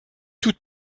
toute